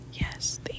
Yes